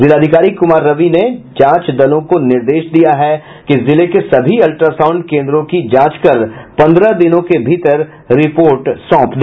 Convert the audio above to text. जिलाधिकारी कुमार रवि ने जांच दलों को निर्देश दिया है कि जिले के सभी अल्ट्रासाउण्ड केंद्रों की जांच कर पंद्रह दिनों के भीतर रिपोर्ट सौंप दे